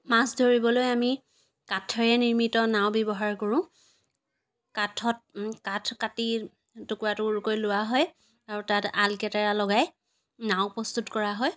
মাছ ধৰিবলৈ আমি কাঠেৰে নিৰ্মিত নাও ব্যৱহাৰ কৰোঁ কাঠত কাঠ কাটি টুকুৰা টুকুৰকৈ লোৱা হয় আৰু তাত আলকেটেৰা লগাই নাও প্ৰস্তুত কৰা হয়